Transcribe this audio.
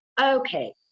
okay